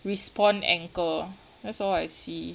respawn anchor that's all I see